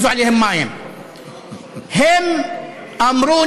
מוסלמים ונוצרים,